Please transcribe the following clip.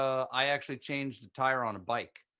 i actually changed a tire on a bike,